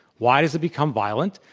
why does it become violent?